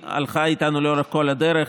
שהלכה איתנו גם היא לאורך כל הדרך,